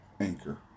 Anchor